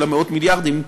של מאות מיליארדים,